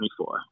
24